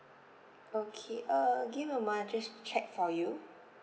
okay uh give me a moment I just check for you